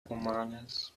romanes